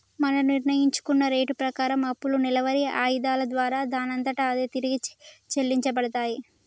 మనం నిర్ణయించుకున్న రేటు ప్రకారం అప్పులు నెలవారి ఆయిధాల దారా దానంతట అదే తిరిగి చెల్లించబడతాయి